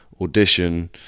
audition